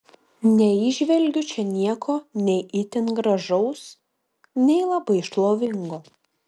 neįžvelgiu čia nieko nei itin gražaus nei labai šlovingo